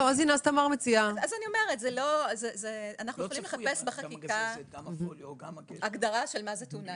לכן אני אומרת שאפשר לחפש בחקיקה הגדרה של מהי תאונה,